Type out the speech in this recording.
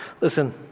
Listen